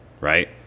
right